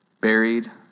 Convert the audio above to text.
buried